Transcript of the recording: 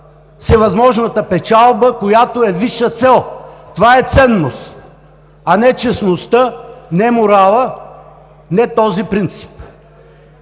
всевъзможната печалба, която е висша цел, това е ценност, а не честността, не моралът, не този принцип.